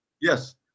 Yes